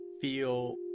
feel